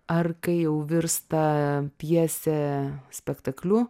ar kai jau virsta pjese spektakliu